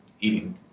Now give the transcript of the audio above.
eating